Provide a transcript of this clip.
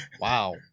Wow